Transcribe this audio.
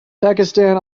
pakistan